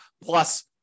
plus